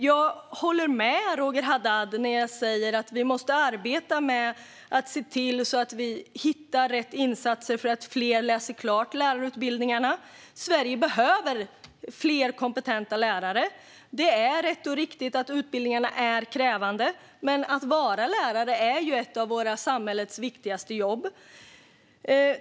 Jag håller med Roger Haddad när jag säger att vi måste arbeta med att hitta rätt insatser för att fler ska läsa klart lärarutbildningarna. Sverige behöver fler kompetenta lärare. Det är rätt och riktigt att utbildningarna är krävande, men att vara lärare är ju ett av vårt samhälles viktigaste jobb.